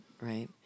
right